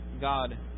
God